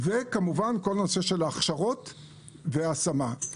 כמובן גם כל נושא ההכשרות וההשמה.